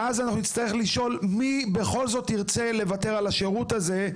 ואז אנחנו נצטרך לשאול מי בכל זאת ירצה לוותר על השירות הזה,